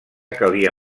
calia